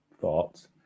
thoughts